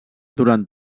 durant